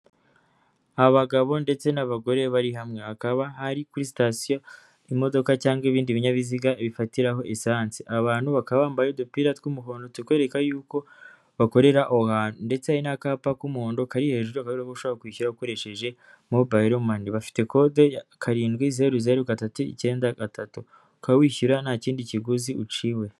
Abagabo ndetse n'abagore bari hamwe, akaba ari kuri sitasiyo imodoka cyangwa ibindi binyabiziga bifatiraho esanse. Aba bantu bakaba bambaye udupira tw'umuhondo tukwereka ko bakorera aho hantu. Ndetse hari n'akapa k'umuhodo kari hejuru, akaba ariho ushobora kwishyura ukoresheje mobayiro mani. Bafite code, karindwi, zeru zeru gatatu icyenda gatatu. Ukaba wishyura nta kindi kiguzi uciwe.